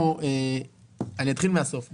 אני אתחיל מהסוף.